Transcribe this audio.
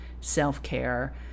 self-care